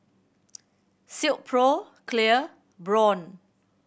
Silkpro Clear Braun